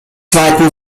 zweiten